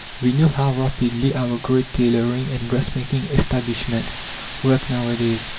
we know how rapidly our great tailoring and dressmaking establishments work nowadays,